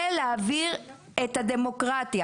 זה להעביר את הדמוקרטיה,